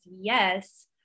Yes